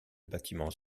bâtiment